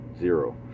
Zero